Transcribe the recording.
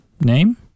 name